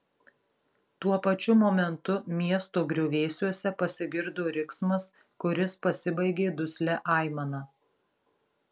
tuo pačiu momentu miesto griuvėsiuose pasigirdo riksmas kuris pasibaigė duslia aimana